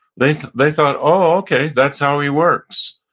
they they thought, oh, okay. that's how he works.